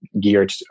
geared